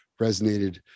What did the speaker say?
resonated